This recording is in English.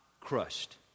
crushed